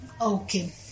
Okay